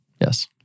Yes